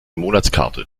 monatskarte